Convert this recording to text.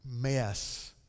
mess